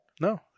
No